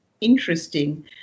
interesting